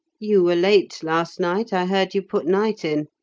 you were late last night. i heard you put night in.